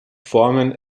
formen